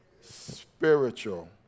spiritual